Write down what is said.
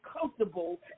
comfortable